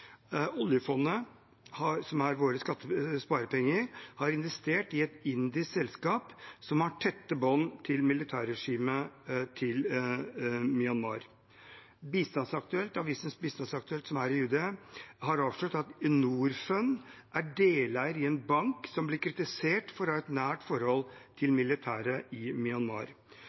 oljefondet, som er våre sparepenger, har investert i et indisk selskap som har tette bånd til militærregimet i Myanmar. Avisen Bistandsaktuelt, som er i UD, har avslørt at Norfund er deleier i en bank som blir kritisert for å ha et nært forhold til militære i Myanmar.